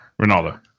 Ronaldo